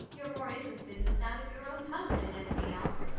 you're more interested in the sound of your own tongue than in anything else.